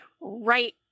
right